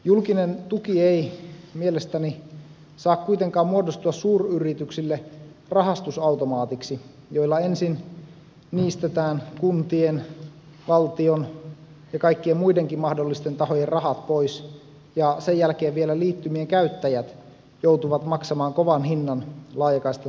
julkinen tuki ei mielestäni saa kuitenkaan muodostua suuryrityksille rahastusautomaatiksi jolla ensin niistetään kuntien valtion ja kaikkien muidenkin mahdollisten tahojen rahat pois ja sen jälkeen vielä liittymien käyttäjät joutuvat maksamaan kovan hinnan laajakaistan saamisesta